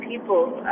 people